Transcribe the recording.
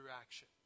action